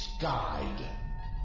Guide